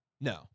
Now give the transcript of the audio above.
No